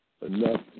Enough